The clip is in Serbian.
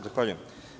Zahvaljujem.